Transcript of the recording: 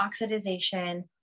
oxidization